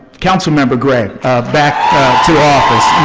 councilmember gray back to office.